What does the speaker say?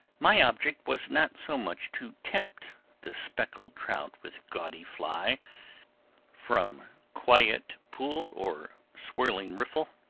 my object was not so much to tempt the speckled trout with gaudy fly from quiet pool or swirling riffle,